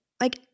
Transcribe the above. like-